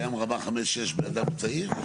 לבן אדם צעיר עם רמה חמש או שש.